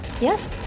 Yes